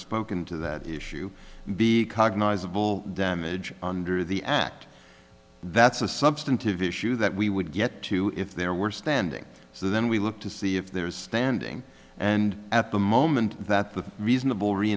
spoken to that issue be cognizable damage under the act that's a substantive issue that we would get to if there were standing so then we look to see if there is standing and at the moment that the reasonable